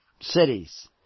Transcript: cities